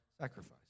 sacrifice